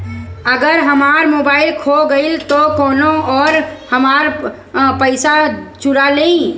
अगर हमार मोबइल खो गईल तो कौनो और हमार पइसा चुरा लेइ?